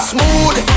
Smooth